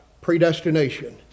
predestination